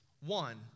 One